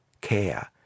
care